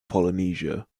polynesia